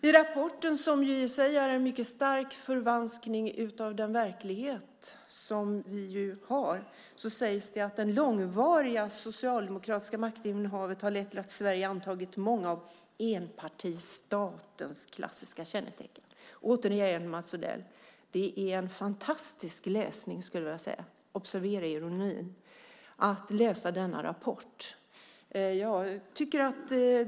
I rapporten, som i sig är en stark förvanskning av den verklighet vi har, sägs det att det långvariga socialdemokratiska maktinnehavet har lett till att Sverige har antagit många av enpartistatens klassiska kännetecken. Återigen Mats Odell: Denna rapport är en fantastisk läsning - observera ironin.